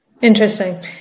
Interesting